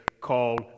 called